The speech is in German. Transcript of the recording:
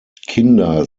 kinder